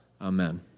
Amen